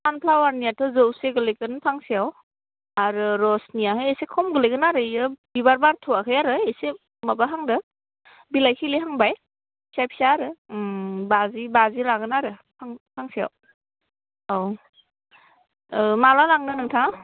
सानफ्लावारनियावथ' जौसे गोलैगोन फांसेयाव आरो रजनियाहाय एसे खम गोलैगोन आरो बेयो बिबार बारथ'वाखै आरो एसे माबाहांदो बिलाइ खिलिहांबाय फिसा फिसा आरो बाजि बाजि लागोन आरो फांसेयाव औ ओ माला लांनो नोंथाङा